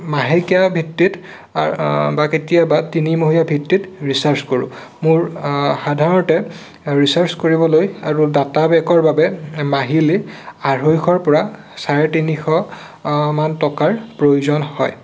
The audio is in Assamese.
মাহেকীয়া ভিত্তিত বা কেতিয়াবা তিনিমহীয়া ভিত্তিত ৰিচাৰ্জ কৰোঁ মোৰ সাধাৰণতে ৰিচাৰ্জ কৰিবলৈ আৰু ডাটা পেকৰ বাবে মাহিলি আঢ়ৈশৰ পৰা চাৰে তিনিশ মান টকাৰ প্ৰয়োজন হয়